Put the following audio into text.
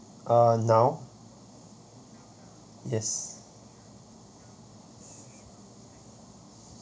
uh now yes